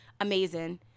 amazing